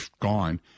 gone